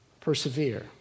Persevere